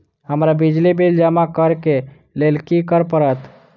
हमरा बिजली बिल जमा करऽ केँ लेल की करऽ पड़त?